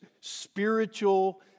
spiritual